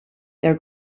their